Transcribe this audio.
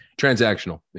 transactional